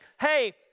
hey